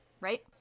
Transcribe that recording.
right